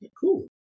cool